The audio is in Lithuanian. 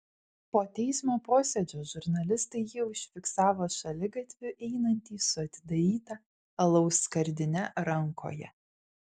po teismo posėdžio žurnalistai jį užfiksavo šaligatviu einantį su atidaryta alaus skardine rankoje